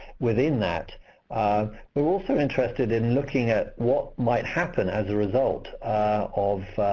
within that um but we're also interested in looking at what might happen as a result of.